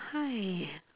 !haiya!